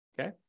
Okay